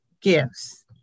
gifts